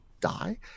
die